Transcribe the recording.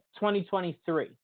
2023